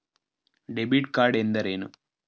Debit card ಎಂದರೇನು?